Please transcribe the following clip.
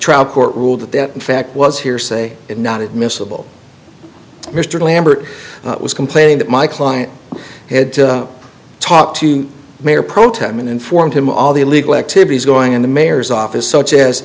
trial court ruled that that in fact was hearsay and not admissible mr lambert was complaining that my client had talked to the mayor pro tem and informed him all the illegal activities going in the mayor's office such as